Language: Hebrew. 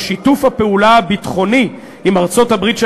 ושיתוף הפעולה הביטחוני עם ארצות-הברית של